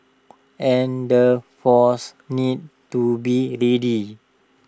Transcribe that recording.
and forces need to be ready